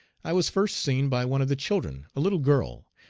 i was first seen by one of the children, a little girl.